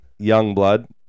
Youngblood